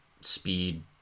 speed